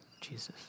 Jesus